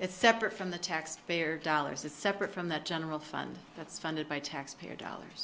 its separate from the taxpayer dollars is separate from the general fund that's funded by taxpayer dollars